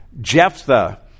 Jephthah